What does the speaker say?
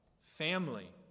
family